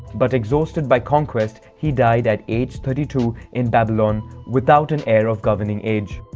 but, exhausted by conquest, he died at age thirty two in babylon without an heir of governing age.